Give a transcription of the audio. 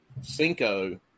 cinco